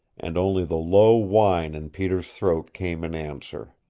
and only the low whine in peter's throat came in answer.